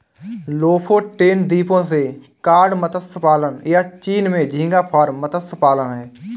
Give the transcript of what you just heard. Lofoten द्वीपों से cod मत्स्य पालन, या चीन में झींगा फार्म मत्स्य पालन हैं